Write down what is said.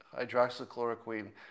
hydroxychloroquine